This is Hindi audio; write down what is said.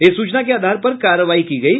इस सूचना के आधार पर कार्रवाई की गयी